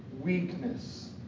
weakness